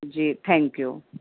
G thank you